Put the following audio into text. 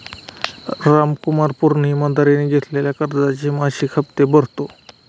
रामकुमार पूर्ण ईमानदारीने घेतलेल्या कर्जाचे मासिक हप्ते भरतो